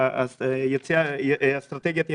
אסטרטגיית היציאה,